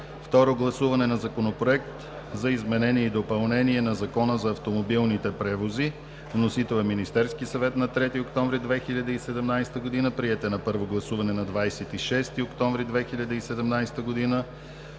7.Второ гласуване на Законопроекта за изменение и допълнение на Закона за автомобилните превози. (Вносител е Министерският съвет на 3 октомври 2017 г. Приет е на първо гласуване на 26 октомври 2017 г.)